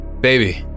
baby